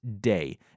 day